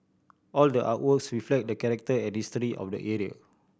all the artworks reflect the character and of the